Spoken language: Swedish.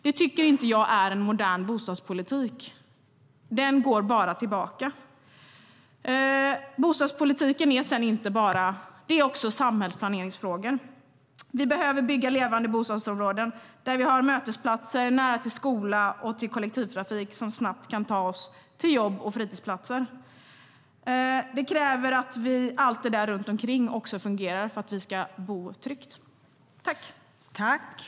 Det tycker inte jag är en modern bostadspolitik.